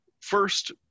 first